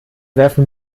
werfen